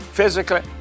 physically